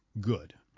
good